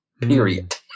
period